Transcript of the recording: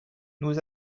nous